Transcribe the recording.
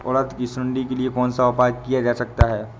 उड़द की सुंडी के लिए कौन सा उपाय किया जा सकता है?